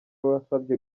wasabye